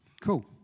Cool